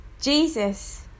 Jesus